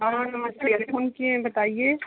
हाँ नमस्ते अभी फोन किए हैं बताइए